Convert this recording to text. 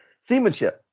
Seamanship